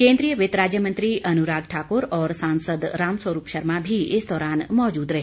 केन्द्रीय वित्त राज्य मंत्री अनुराग ठाकुर और सांसद राम स्वरूप शर्मा भी इस दौरान मौजूद रहे